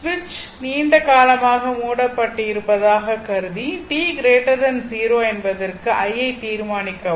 சுவிட்ச் நீண்ட காலமாக மூடப்பட்டிருப்பதாக கருதி t 0 என்பதற்கு i யை தீர்மானிக்கவும்